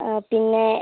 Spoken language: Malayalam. പിന്നേ